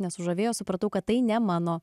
nesužavėjo supratau kad tai ne mano